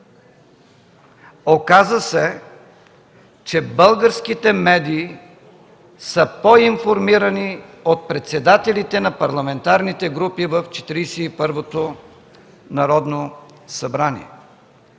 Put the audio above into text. Оказа се, че българските медии са по-информирани от председателите на парламентарните групи в Четиридесет